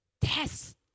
test